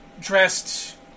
dressed